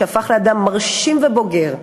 שהפך לאדם מרשים ובוגר,